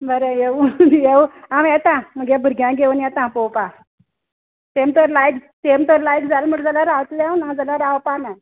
बरें येवं येवं आमी येता मगे भुरग्यां घेवन येता पोवपा तेम तर लायक तेम तर लायक जाल्यार म्हणटा जाल्यार रावत्लें हांव नाजाल्यार रावपा नाय